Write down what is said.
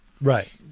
right